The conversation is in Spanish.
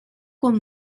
con